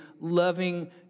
loving